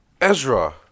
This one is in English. Ezra